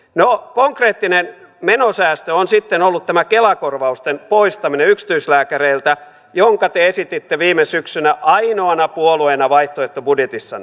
no konkreettinen menosäästö on sitten ollut tämä kela korvausten poistaminen yksityislääkäreiltä jonka te esititte viime syksynä ainoana puolueena vaihtoehtobudjetissanne